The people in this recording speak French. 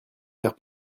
faire